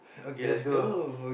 let's go